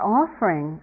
offering